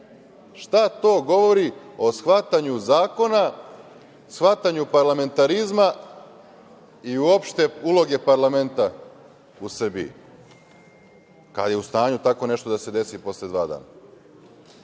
šta to govori o shvatanju zakona, shvatanju parlamentarizma i uopšte uloge parlamenta u Srbiji kada je u stanju tako nešto da se desi posle dva dana? Mi